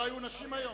לא היו נשים היום?